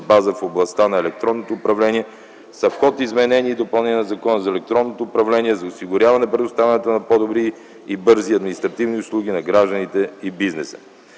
база в областта на електронното управление са в ход изменения и допълнения на Закона за електронното управление, за бързо осигуряване на по-добри и бързи административни услуги на гражданите и бизнеса.